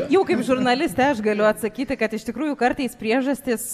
jau kaip žurnalistė aš galiu atsakyti kad iš tikrųjų kartais priežastys